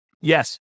yes